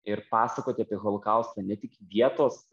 ir pasakoti apie holokaustą ne tik vietos